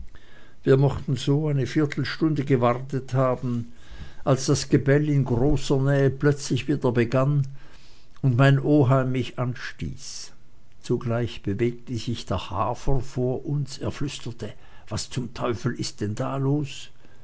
wir mochten so eine viertelstunde gewartet haben als das gebell in großer nähe plötzlich wieder begann und mein oheim mich anstieß zugleich bewegte sich der hafer vor uns er flüsterte was teufel ist denn da los